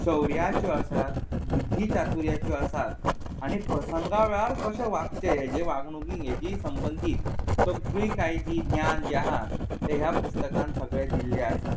शौर्याच्यो आसात बुध्दीचातुर्याच्यो आसात आनी प्रसंगा वेळार कशें वागचें हेचे वागणुकी हेची संबंदीत सगळी कायदी ज्ञान जें आहा तें ह्या पुस्तकांत सगळें दिल्लें आसा